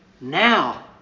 Now